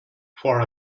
for